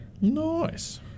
Nice